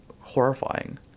horrifying